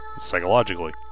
psychologically